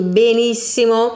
benissimo